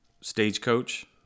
Stagecoach